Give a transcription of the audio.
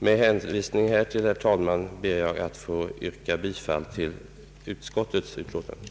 Med hänvisning härtill ber jag att få yrka bifall till utskottets hemställan.